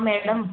madam